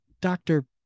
doctor